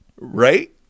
right